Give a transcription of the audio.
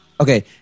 Okay